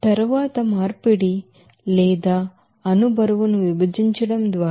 తరువాత మార్పిడి తరువాత లేదా దాని మోలెకులర్ వెయిట్ ను విభజించడం ద్వారా 0